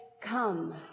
come